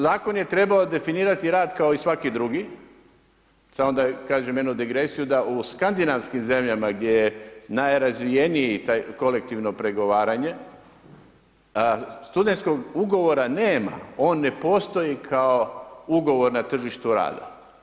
Zakon je trebao definirati rad kao i svaki drugi, samo da kažem jednu digresiju da u skandinavskim zemljama gdje je najrazvijenije to kolektivno pregovaranje, studentskog ugovora nema, on ne postoji kao ugovor na tržištu rada.